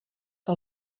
que